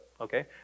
okay